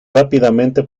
rápidamente